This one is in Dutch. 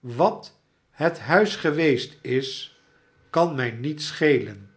wat het huis geweest is kan mij niet schelen